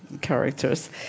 characters